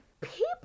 people